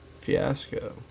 fiasco